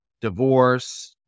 divorce